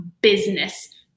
business